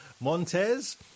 Montez